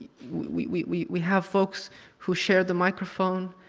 we we have folks who share the microphone,